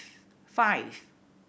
five